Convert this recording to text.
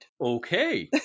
Okay